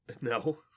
No